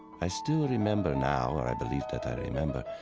i still remember now, or i believe that i remember,